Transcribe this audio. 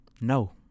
No